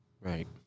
Right